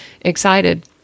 excited